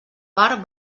part